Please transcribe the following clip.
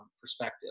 perspective